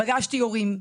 פגשתי הורים,